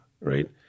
right